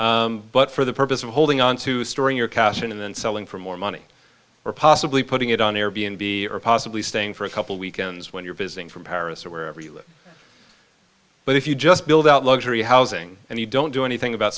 use but for the purpose of holding on to storing your cash and then selling for more money or possibly putting it on air b n b or possibly staying for a couple weekends when you're visiting from paris or wherever you live but if you just build out luxury housing and you don't do anything about